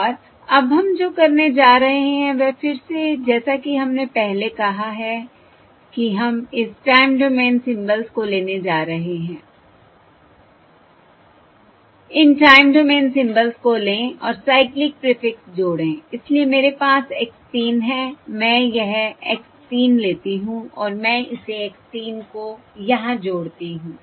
और अब हम जो करने जा रहे हैं वह फिर से जैसा कि हमने पहले कहा है कि हम इस टाइम डोमेन सिंबल्स को लेने जा रहे हैं इन टाइम डोमेन सिंबल्स को लें और साइक्लिक प्रीफिक्स जोड़ें इसलिए मेरे पास x 3 है मैं यह x 3 लेती हूं और मैं इसे x 3 को यहां जोड़ती हूं